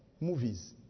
Movies